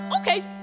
okay